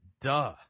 duh